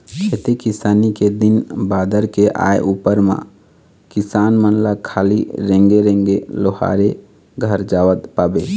खेती किसानी के दिन बादर के आय उपर म किसान मन ल खाली रेंगे रेंगे लोहारे घर जावत पाबे